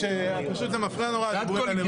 פשוט זה מפריע נורא, הדיבורים כאן.